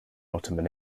ottoman